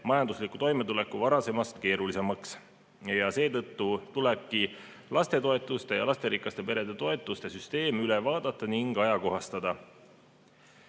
majandusliku toimetuleku varasemast keerulisemaks. Seetõttu tulebki lastetoetuste ja lasterikaste perede toetuste süsteem üle vaadata ning seda ajakohastada.